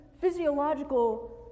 physiological